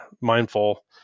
mindful